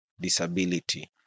Disability